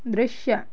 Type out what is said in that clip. ದೃಶ್ಯ